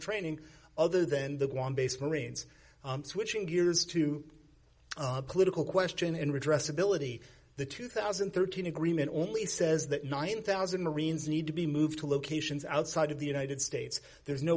training other than the one based marines switching gears to political question and redress ability the two thousand and thirteen agreement only says that nine thousand marines need to be moved to locations outside of the united states there's no